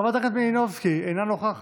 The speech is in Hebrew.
חברת הכנסת מלינובסקי, אינה נוכחת,